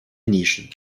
nischen